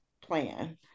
plan